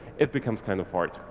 it becomes kind of hard.